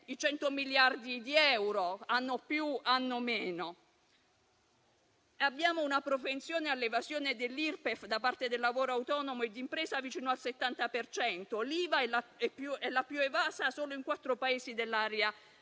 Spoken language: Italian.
i 100 miliardi di euro, anno più anno meno. Abbiamo una propensione all'evasione dell'Irpef da parte del lavoro autonomo e di impresa vicino al 70 per cento; l'IVA è più evasa solo in quattro Paesi dell'area